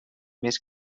més